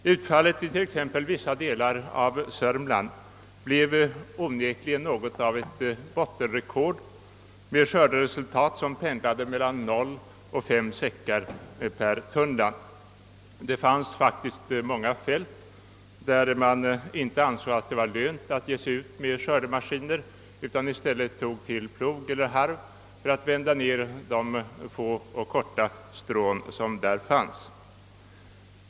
Utfallet i t.ex. vissa delar av Sörmland blev onekligen något av ett bottenrekord med skörderesultat som låg mellan 0 och 5 säckar per tunnland. På många fält ansåg man det inte ens lönt att ge sig ut med skördemaskiner utan tog i stället till plog eller harv för att vända ned de få och korta strån som fanns.